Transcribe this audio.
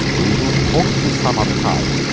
we will talk of this some other time,